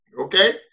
Okay